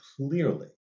clearly